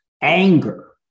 Anger